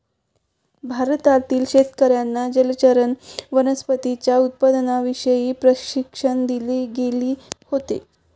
भारतातील शेतकर्यांना जलचर वनस्पतींच्या उत्पादनाविषयी प्रशिक्षण दिले गेले होते